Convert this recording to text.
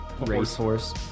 racehorse